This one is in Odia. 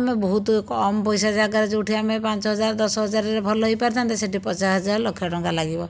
ଆମେ ବହୁତ କମ ପଇସା ଜାଗାରେ ଯେଉଁଠି ଆମେ ପାଞ୍ଚ ହଜାର ଦଶ ହଜାରରେ ଭଲ ହେଇପାରିଥାନ୍ତେ ସେଠି ପଚାଶ ହଜାର ଲକ୍ଷେ ଟଙ୍କା ଲାଗିବ